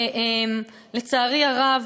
לצערי הרב,